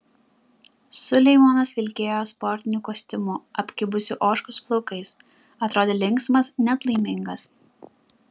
suleimanas vilkėjo sportiniu kostiumu apkibusiu ožkos plaukais atrodė linksmas net laimingas